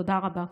תודה רבה.